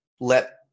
let